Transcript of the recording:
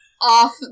off